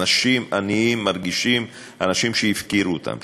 אנשים עניים מרגישים אנשים שהפקירו אותם,